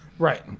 Right